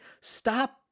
Stop